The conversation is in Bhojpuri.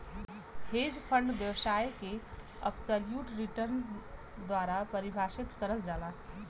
हेज फंड व्यवसाय के अब्सोल्युट रिटर्न द्वारा परिभाषित करल जाला